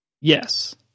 yes